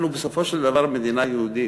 אנחנו, בסופו של דבר, מדינה יהודית.